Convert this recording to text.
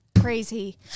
Crazy